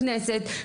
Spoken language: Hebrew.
הכנסת,